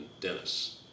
Dennis